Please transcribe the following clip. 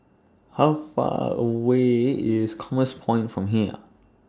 How Far away IS Commerce Point from here